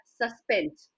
suspense